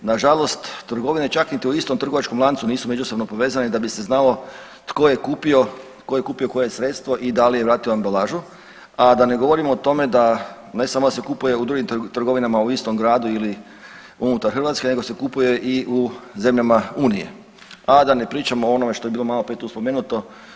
Na žalost trgovine čak ni u istom trgovačkom lancu nisu međusobno povezane, da bi se znalo tko je kupio koje sredstvo i da li je vratio ambalažu, a da ne govorim o tome, da ne samo da se kupuje u drugim trgovinama u istom gradu ili unutar Hrvatske, nego se kupuje i u zemljama Unije, a da ne pričamo o onome što je bilo tu malo prije spomenuto.